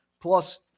plus